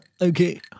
okay